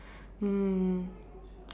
um